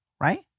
right